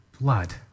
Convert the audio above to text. blood